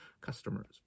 customers